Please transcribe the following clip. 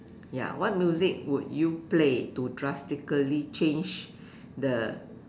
ya what music would you play to drastically change the